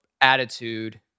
attitude